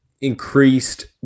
increased